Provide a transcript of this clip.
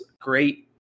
Great